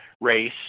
race